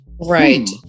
Right